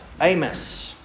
Amos